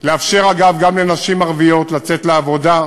לאפשר אגב גם לנשים ערביות לצאת לעבודה,